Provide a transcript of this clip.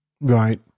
Right